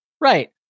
Right